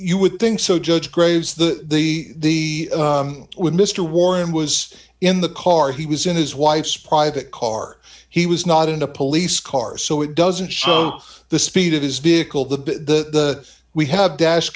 you would think so judge graves the the when mr warren was in the car he was in his wife's private car he was not in a police car so it doesn't show the speed of his vehicle the we have dash